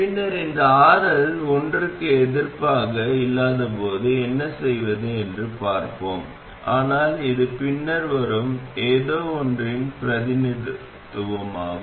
பின்னர் இந்த RL ஒன்றுக்கு எதிர்ப்பாக இல்லாதபோது என்ன செய்வது என்று பார்ப்போம் ஆனால் அது பின்னர் வரும் ஏதோவொன்றின் பிரதிநிதித்துவமாகும்